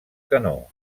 canó